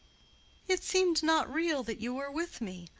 it seemed not real that you were with me.